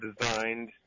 designed